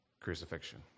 crucifixion